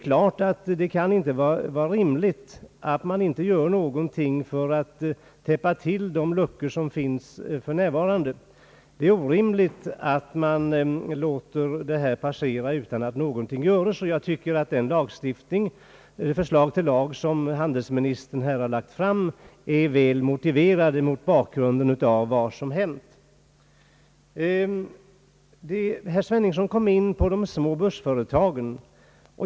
Det kan inte vara rimligt att man inte gör någonting för att täppa till de luckor som finns för närvarande. Det förslag till lag som handelsministern har lagt fram är väl motiverat mot bakgrunden av vad som hänt. Herr Sveningsson kom in på de små bussföretagen.